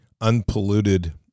unpolluted